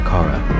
Kara